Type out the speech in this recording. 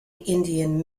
indian